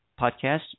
podcast